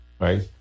right